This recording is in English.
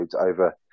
over